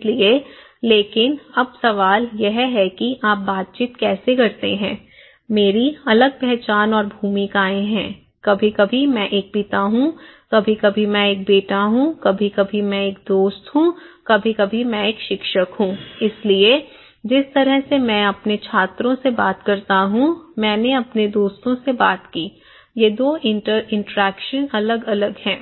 इसलिए लेकिन अब सवाल यह है कि आप बातचीत कैसे करते हैं मेरी अलग पहचान और भूमिकाएँ हैं कभी कभी मैं एक पिता हूँ कभी कभी मैं एक बेटा हूँ कभी कभी मैं एक दोस्त हूँ कभी कभी एक शिक्षक हूं इसलिए जिस तरह से मैं अपने छात्रों से बात करता हूं मैंने अपने दोस्तों से बात की ये 2 इंटरैक्शन अलग अलग हैं